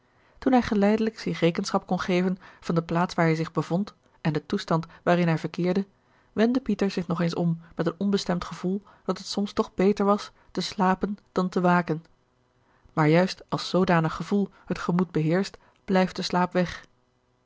toen hij geleidelijk zich rekenschap kon geven van de plaats waar hij zich bevond en den toestand waarin hij verkeerde wendde pieter zich nog eens om met een onbestemd gevoel dat het soms toch beter was te slapen dan te waken maar juist als zoodanig gevoel het gemoed beheerscht blijft de slaap weg